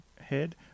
head